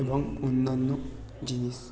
এবং অন্যান্য জিনিস